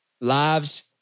lives